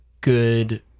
good